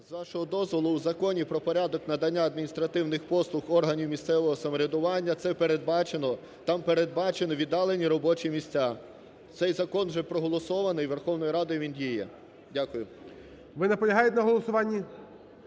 З вашого дозволу, в Законі "Про порядок надання адміністративних послуг органів місцевого самоврядування" це передбачено. Там передбачені віддалені робочі місця. Цей закон вже проголосований Верховною Радою, він діє. Дякую. ГОЛОВУЮЧИЙ. Ви наполягаєте на голосуванні?